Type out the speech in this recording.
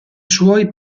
suoi